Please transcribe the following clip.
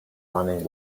running